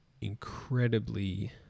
incredibly